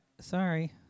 Sorry